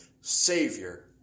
Savior